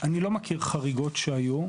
אני לא מכיר חריגות שהיו.